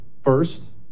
first